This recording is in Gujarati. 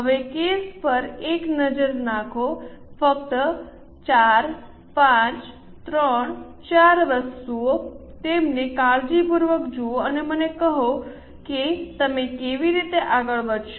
હવે કેસ પર એક નજર નાખો ફક્ત 4 5 3 4 વસ્તુઓ તેમને કાળજીપૂર્વક જુઓ અને મને કહો કે તમે કેવી રીતે આગળ વધશો